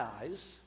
eyes